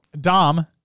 Dom